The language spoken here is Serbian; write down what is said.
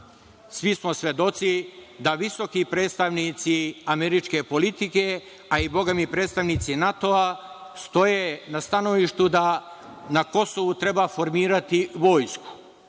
svi smo svedoci da visoki predstavnici američke politike, a bogami i predstavnici NATO-a, stoje na stanovištu da na Kosovu treba formirati vojsku.